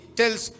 tells